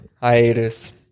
Hiatus